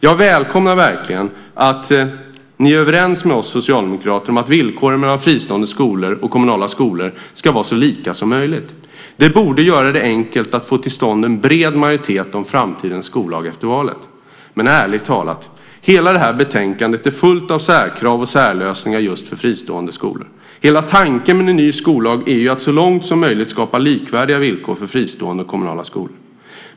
Jag välkomnar verkligen att ni är överens med oss socialdemokrater om att villkoren mellan fristående skolor och kommunala skolor ska vara så lika som möjligt. Det borde göra det enkelt att få till stånd en bred majoritet om framtidens skollag efter valet. Men - ärligt talat - hela detta betänkande är fullt av särkrav och särlösningar just för fristående skolor. Hela tanken med en ny skollag är ju att så långt som möjligt skapa likvärdiga villkor för fristående och kommunala skolor.